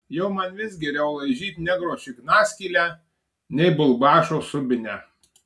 jau man vis geriau laižyt negro šiknaskylę nei bulbašo subinę